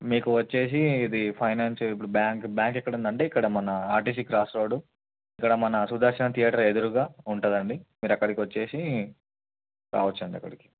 మీకు వచ్చేసి ఇది ఫైనాన్స్ ఇపుడు బ్యాంక్ బ్యాంక్ ఎక్కడ ఉందండి ఇక్కడ మన ఆర్టీసీ క్రాస్ రోడ్డు ఇక్కడ మన సుదర్శన్ థియేటర్ ఎదురుగా ఉంటుంది అండి మీరు అక్కడికి వచ్చి రావచ్చు అండి అక్కడికి